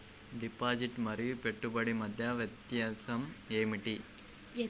Deposit మరియు పెట్టుబడి మధ్య వ్యత్యాసం ఏమిటీ?